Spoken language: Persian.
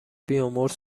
بیامرز